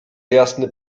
jasny